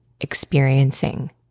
experiencing